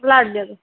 ਬੁਢਲਾਡੇ ਤੋਂ